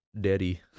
daddy